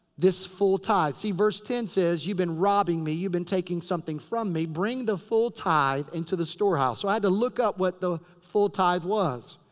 this full tithe. see verse ten says, you've been robbing me. you've been taking something from me. bring the full tithe into the storehouse so i had to look up what the full tithe was.